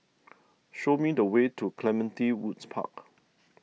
show me the way to Clementi Woods Park